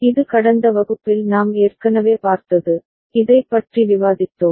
இது கடந்த வகுப்பில் நாம் ஏற்கனவே பார்த்தது இதைப் பற்றி விவாதித்தோம்